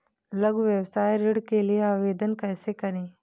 लघु व्यवसाय ऋण के लिए आवेदन कैसे करें?